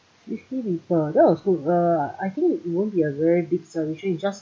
fifty people that was good uh I think it won't be a very big celebration it's just